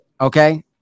okay